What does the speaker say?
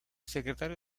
secretario